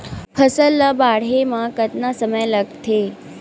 फसल ला बाढ़े मा कतना समय लगथे?